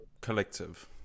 Collective